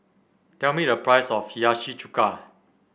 tell me the price of Hiyashi Chuka